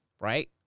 right